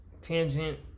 Tangent